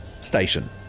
station